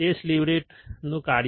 તે સ્લીવ રેટનું કાર્ય છે